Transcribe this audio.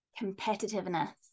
competitiveness